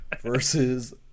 Versus